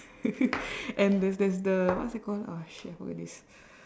and there's there's the what's that called uh shit I forgot this